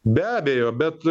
be abejo bet